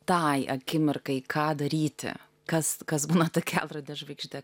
tai akimirkai ką daryti kas kas būna ta kelrode žvaigžde